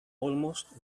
almost